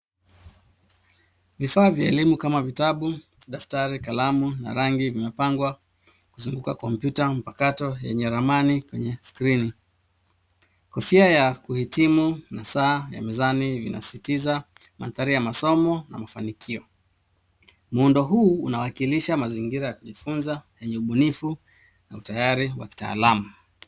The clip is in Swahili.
Vifaa vya elimu kama vitabu, daftari, kalamu na rangi imepangwa kuzunguka kompyuta mpakato yenye ramani kwenye skrini. Kofia ya kuhitimu na saa ya mezani inasisitiza mandhari ya masomo na mafanikio. Muundo huu unawakilisha mazingira ya kujifunza yenye ubunifu na utayari wa kitaalama.